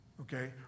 okay